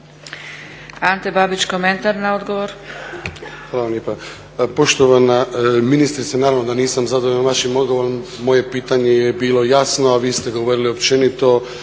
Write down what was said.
Ante Babić, komentar na odgovor. **Babić, Ante (HDZ)** Hvala lijepa. Poštovana ministrice, naravno da nisam zadovoljan vašim odgovorom. Moje pitanje je bilo jasno, a vi ste govorili općenito